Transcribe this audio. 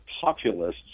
populists